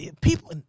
People